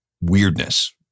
weirdness